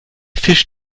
fisch